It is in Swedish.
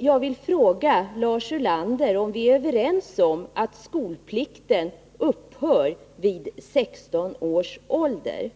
Jag vill fråga Lars Ulander om vi är överens om att skolplikten upphör vid 16 års ålder.